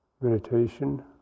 meditation